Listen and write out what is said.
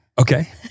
Okay